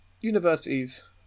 Universities